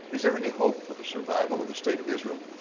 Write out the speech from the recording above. is there any hope for the survival of the state of israel?